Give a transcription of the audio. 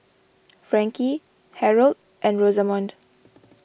Frankie Harold and Rosamond